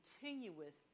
continuous